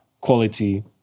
quality